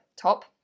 top